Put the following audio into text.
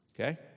Okay